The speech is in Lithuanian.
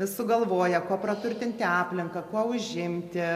sugalvoja kuo praturtinti aplinką kuo užimti